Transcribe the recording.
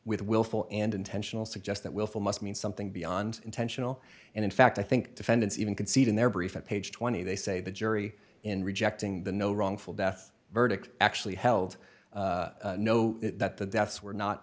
with willful and intentional suggests that willful must mean something beyond intentional and in fact i think defendants even concede in their brief at page twenty they say the jury in rejecting the no wrongful death verdict actually held know that the deaths were not